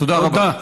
תודה רבה.